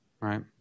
right